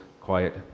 quiet